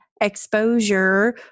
exposure